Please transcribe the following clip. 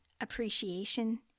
appreciation